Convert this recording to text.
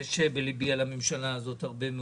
ויש בליבי על הממשלה הזאת הרבה מאוד.